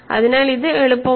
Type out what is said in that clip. അതിനാൽ ഇത് എളുപ്പമാണ്